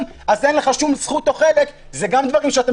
אז אין לך שום זכות או חלק זה גם דברים שאתם,